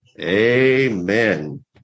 Amen